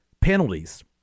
penalties